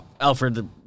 Alfred